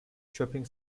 shopping